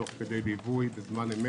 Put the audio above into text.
תוך כדי ליווי בזמן אמת